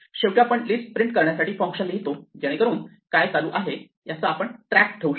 शेवटी आपण list print करण्यासाठी फंक्शन लिहितो जेणेकरून काय चालू आहे याचा आपण ट्रॅक ठेवू शकतो